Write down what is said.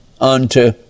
unto